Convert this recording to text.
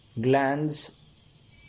glands